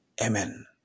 Amen